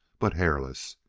but hairless.